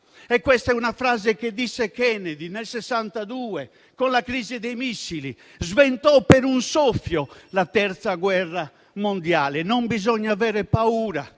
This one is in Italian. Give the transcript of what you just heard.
è una frase che disse Kennedy nel '62, con la crisi dei missili, sventando per un soffio la terza guerra mondiale. Non bisogna avere paura